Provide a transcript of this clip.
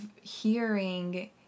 hearing